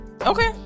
Okay